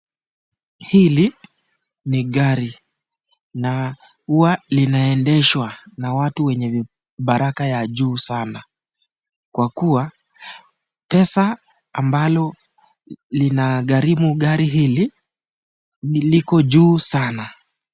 Hili ni gari na uwa linaendeswa na watu wa baraka ya juu sana kwa kuwa pesa ambalo linagarimu gari hili ni liko juu sana